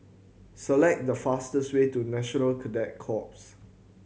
select the fastest way to National Cadet Corps